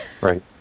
Right